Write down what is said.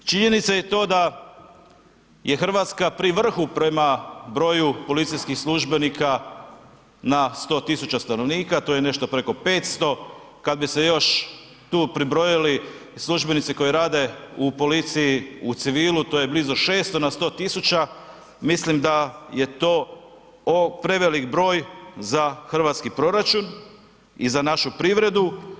Činjenica je to da je RH pri vrhu prema broju policijskih službenika na 100 000 stanovnika, to je nešto preko 500, kad bi se još tu pribrojili i službenici koji rade u policiji u civilu, to je blizu 600 na 100 000, mislim da je to prevelik broj za hrvatski proračun i za našu privredu.